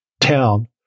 town